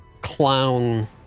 clown